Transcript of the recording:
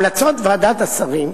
המלצות ועדת השרים,